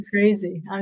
crazy